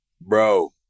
bro